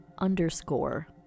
underscore